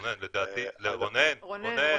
רונן, לדעתי רונן, רונן.